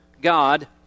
God